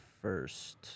first